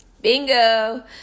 Bingo